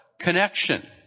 connection